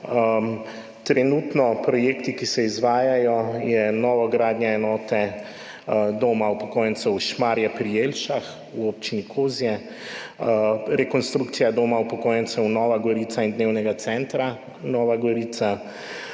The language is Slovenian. Trenutni projekti, ki se izvajajo, so: novogradnja enote Doma upokojencev Šmarje pri Jelšah v občini Kozje, rekonstrukcija Doma upokojencev Nova Gorica in dnevnega centra Nova Gorica,